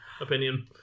opinion